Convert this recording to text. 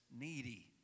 needy